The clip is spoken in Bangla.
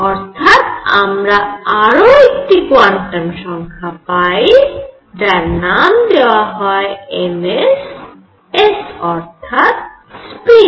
অর্থাৎ আমারা আরও একটি কোয়ান্টাম সংখ্যা পাই যার নাম দেওয়া হয় ms s অর্থাৎ স্পিন